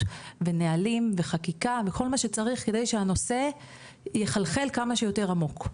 ונהלים וחקיקה וכל מה שצריך כדי שהנושא יחלחל כמה שיותר עמוק.